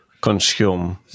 consume